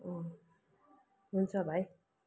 अँ हुन्छ भाइ